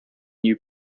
new